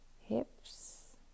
hips